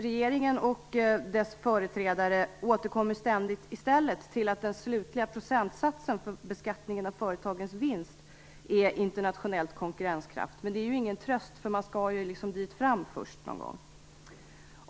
Regeringen och dess företrädare återkommer i stället ständigt till att den slutliga procentsatsen för beskattningen av företagens vinst är internationellt konkurrenskraftig. Men det är ingen tröst. Man skall ju dit först.